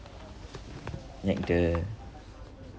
like the